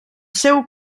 seu